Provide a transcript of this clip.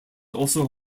also